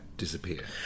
disappear